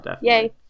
Yay